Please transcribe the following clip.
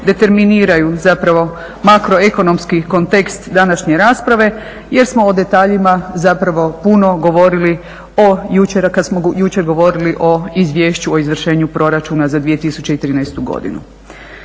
determiniraju zapravo makroekonomski kontekst današnje rasprave jer smo o detaljima zapravo puno govorili jučer kad smo govorili o izvješću o izvršenju proračuna za 2013. godinu.